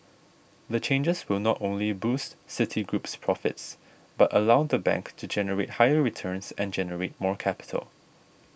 the changes will not only boost Citigroup's profits but allow the bank to generate higher returns and generate more capital